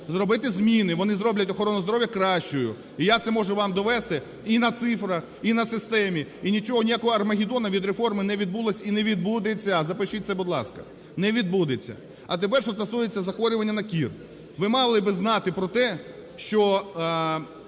зробити зміни, вони зроблять охорону здоров'я кращою. І я це можу вам довести і на цифрах, і на системі, і нічого, і ніякого Армагеддона від реформи не відбулося і не відбудеться, запишіть це, будь ласка. Не відбудеться. А тепер, що стосується захворювання на кір. Ви мали б знати про те, що